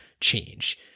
change